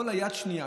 כל היד השנייה,